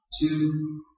two